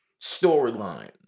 storyline